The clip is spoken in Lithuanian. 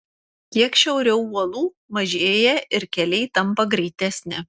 kiek šiauriau uolų mažėja ir keliai tampa greitesni